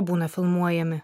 būna filmuojami